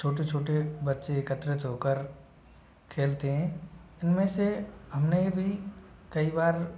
छोटे छोटे बच्चे एकत्रित होकर खेलते हें इनमें से हमने भी कई बार